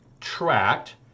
tracked